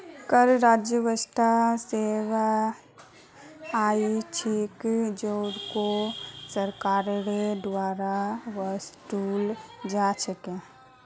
कर राजस्व वैसा आय छिके जेको सरकारेर द्वारा वसूला जा छेक